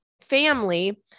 family